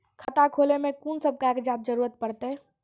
खाता खोलै मे कून सब कागजात जरूरत परतै?